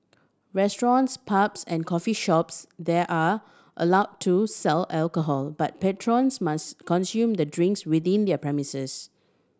restaurants pubs and coffee shops there are allow to sell alcohol but patrons must consume the drinks within their premises